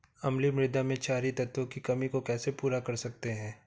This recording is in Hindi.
अम्लीय मृदा में क्षारीए तत्वों की कमी को कैसे पूरा कर सकते हैं?